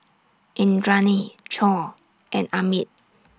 Indranee Choor and Amit